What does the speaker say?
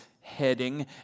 heading